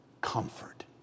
comfort